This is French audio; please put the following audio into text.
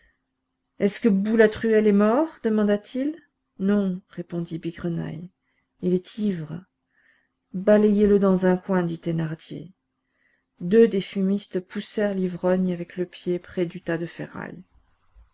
est-ce que boulatruelle est mort demanda-t-il non répondit bigrenaille il est ivre balayez le dans un coin dit thénardier deux des fumistes poussèrent l'ivrogne avec le pied près du tas de ferrailles